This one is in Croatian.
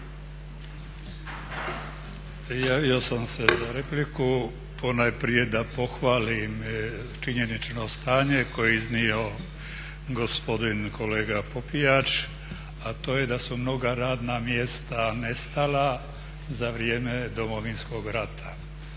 Javio sam se za repliku ponajprije da pohvalim činjenično stanje koje je iznio gospodin kolega Popijač, a to je da su mnoga radna mjesta nestala za vrijeme Domovinskog rata.